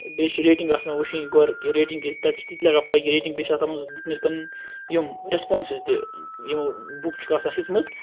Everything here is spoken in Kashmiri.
بیٚیہِ چھِ ریٹِنٛگ آسان وٕچھِنۍ گۄڈٕ ریٹِنٛگ کِژھ تَتہِ چھِ تِتہِ لَگان پاے کہِ ریٹِنٛگ بیٚیہِ چھ آسان تتھ مَنٛز دِتۍ مٕتۍ پَنٕنۍ یِم ریسپانسِز تہِ یِمو بُک چھکھ آسان ہیٚژمٕژ